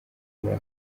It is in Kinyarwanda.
muri